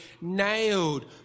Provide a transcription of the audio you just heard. nailed